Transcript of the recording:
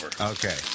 Okay